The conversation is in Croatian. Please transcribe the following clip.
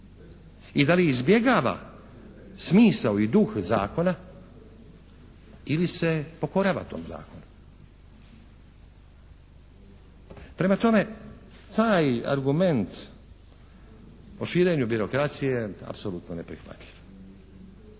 i da li izbjegava smisao i duh zakona ili se pokorava tom zakonu. Prema tome, taj argument o širenju birokracije apsolutno neprihvatljiv.